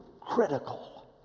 critical